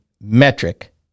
metric